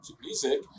music